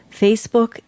Facebook